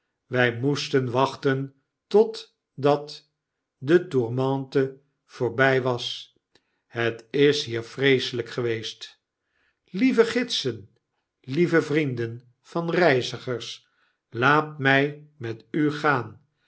wfl moesten wachten totdat detourmente voorbjj was het is hier vreeselp geweest lieve gidsen lieve vrienden van reizigers laat mj met u gaan